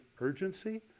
urgency